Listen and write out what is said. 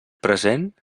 present